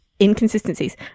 Inconsistencies